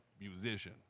Musician